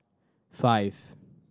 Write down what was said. five